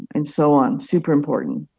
and so on. super important.